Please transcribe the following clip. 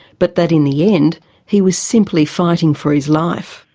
but that in the end he was simply fighting for his life.